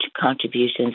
contributions